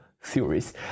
theories